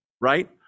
right